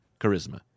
charisma